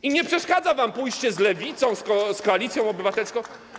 I nie przeszkadza wam pójście z Lewicą, z Koalicją Obywatelską.